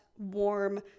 Warm